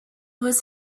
was